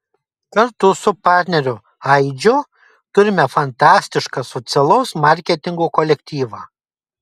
kartu su partneriu aidžiu turime fantastišką socialaus marketingo kolektyvą